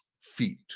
feet